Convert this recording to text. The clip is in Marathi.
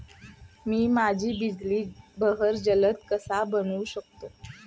मी माझ्या बिजली बहर जलद कसा बनवू शकतो?